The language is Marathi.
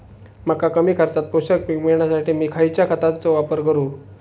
मका कमी खर्चात पोषक पीक मिळण्यासाठी मी खैयच्या खतांचो वापर करू?